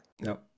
No